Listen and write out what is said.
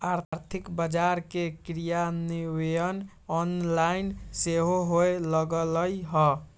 आर्थिक बजार के क्रियान्वयन ऑनलाइन सेहो होय लगलइ ह